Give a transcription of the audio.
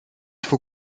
faut